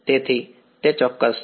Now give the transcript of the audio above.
તેથી તે ચોક્કસ છે